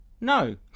no